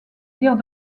dire